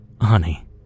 Honey